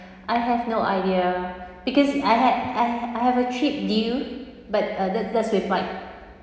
I have no idea because I had I I have a trip due but uh that that's with flight